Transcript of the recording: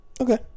Okay